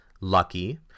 Lucky